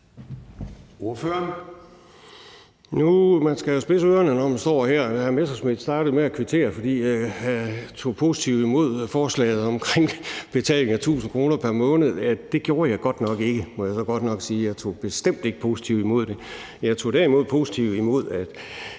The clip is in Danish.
(V): Man skal jo spidse ørerne, når man står her. Hr. Morten Messerschmidt startede med at kvittere, fordi jeg tog positivt imod forslaget om en betaling af 1.000 kr. pr. måned. Det gjorde jeg godt nok ikke, må jeg så sige. Jeg tog bestemt ikke positivt imod det. Jeg tog derimod positivt imod, at